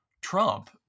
Trump